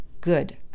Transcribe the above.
good